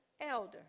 elder